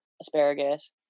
asparagus